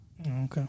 Okay